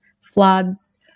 floods